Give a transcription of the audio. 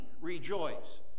rejoice